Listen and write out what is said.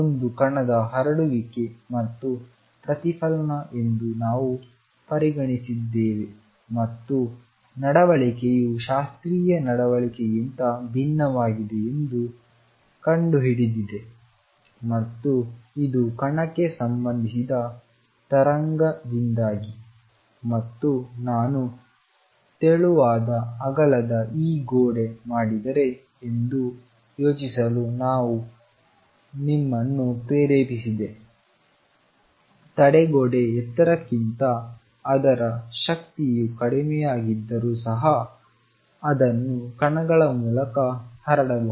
ಒಂದು ಕಣದ ಹರಡುವಿಕೆ ಮತ್ತು ಪ್ರತಿಫಲನ ಎಂದು ನಾವು ಪರಿಗಣಿಸಿದ್ದೇವೆ ಮತ್ತು ನಡವಳಿಕೆಯು ಶಾಸ್ತ್ರೀಯ ನಡವಳಿಕೆಯಿಂದ ಭಿನ್ನವಾಗಿದೆ ಎಂದು ಕಂಡುಹಿಡಿದಿದೆ ಮತ್ತು ಇದು ಕಣಕ್ಕೆ ಸಂಬಂಧಿಸಿದ ತರಂಗದಿಂದಾಗಿ ಮತ್ತು ನಾನು ತೆಳುವಾದ ಅಗಲದ ಈ ತಡೆಗೋಡೆ ಮಾಡಿದರೆ ಎಂದು ಯೋಚಿಸಲು ನಾನು ನಿಮ್ಮನ್ನು ಪ್ರೇರೇಪಿಸಿದೆ ತಡೆಗೋಡೆ ಎತ್ತರಕ್ಕಿಂತ ಅದರ ಶಕ್ತಿಯು ಕಡಿಮೆಯಾಗಿದ್ದರೂ ಸಹ ಅದನ್ನು ಕಣಗಳ ಮೂಲಕ ಹರಡಬಹುದು